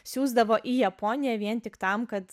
siųsdavo į japoniją vien tik tam kad